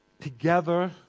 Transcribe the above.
together